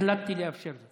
החלטתי לאפשר זאת.